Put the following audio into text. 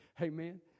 Amen